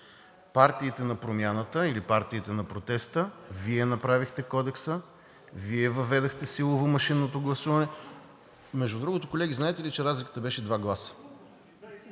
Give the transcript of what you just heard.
партиите на промяната или партиите на протеста, Вие направихте Кодекса, Вие въведохте силово машинното гласуване. Между другото, колеги, знаете ли, че разликата беше два гласа?